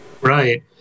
Right